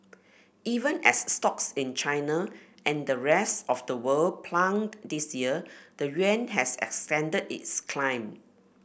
even as stocks in China and the rest of the world plunged this year the yuan has extended its climb